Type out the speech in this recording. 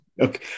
okay